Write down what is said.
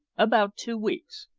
about two weeks.